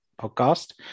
podcast